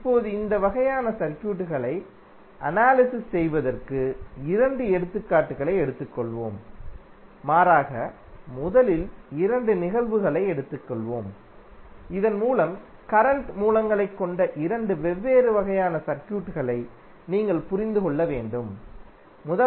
இப்போது இந்த வகையான சர்க்யூட்களை அனாலிசிஸ் செய்வதற்கு இரண்டு எடுத்துக்காட்டுகளை எடுத்துக்கொள்வோம் மாறாக முதலில் இரண்டு நிகழ்வுகளை எடுத்துக்கொள்வோம் இதன்மூலம் கரண்ட் மூலங்களைக் கொண்ட இரண்டு வெவ்வேறு வகையான சர்க்யூட்களை நீங்கள் புரிந்து கொள்ள முடியும்